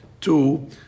Two